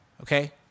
Okay